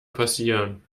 passieren